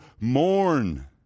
mourn